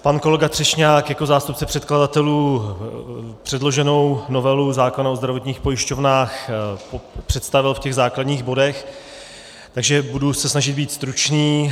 Pan kolega Třešňák jako zástupce předkladatelů předloženou novelu zákona o zdravotních pojišťovnách představil v těch základních bodech, takže se budu snažit být stručný.